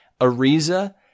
Ariza